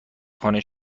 خانه